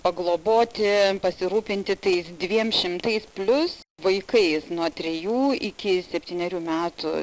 pagloboti pasirūpinti tais dviem šimtais plius vaikais nuo trejų iki septynerių metų